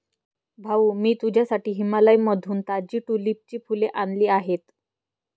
भाऊ, मी तुझ्यासाठी हिमाचलमधून ताजी ट्यूलिपची फुले आणली आहेत